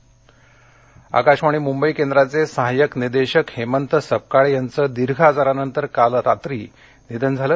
निधन आकाशवाणीमुंबई केंद्राचे सहाय्यक निदेशक हेमंत सपकाळे यांचं दीर्घ आजारानंतर काल रात्रीनिधन झालं